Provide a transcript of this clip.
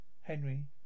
Henry